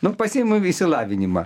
nu pasiimam išsilavinimą